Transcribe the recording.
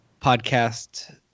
podcast